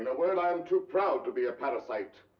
and word, i am too proud to be a parasite,